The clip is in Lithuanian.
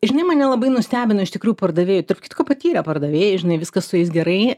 žinai mane labai nustebino iš tikrųjų pardavėjai tarp kitko patyrę pardavėjai žinai viskas su jais gerai